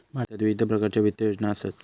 भारतात विविध प्रकारच्या वित्त योजना असत